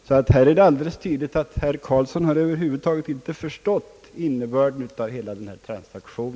Det är alldeles tydligt att herr Carlsson över huvud taget inte förstått innebörden av hela denna transaktion.